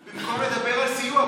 כי במקום לדבר על סיוע,